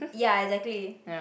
ya exactly